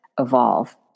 evolve